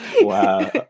Wow